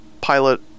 pilot